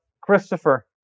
Christopher